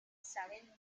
saben